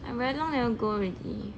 I very long never go already